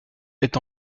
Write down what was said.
est